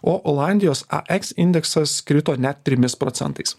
o olandijos ax indeksas krito net trimis procentais